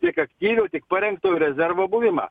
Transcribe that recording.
tiek aktyviau tiek parengto rezervo buvimą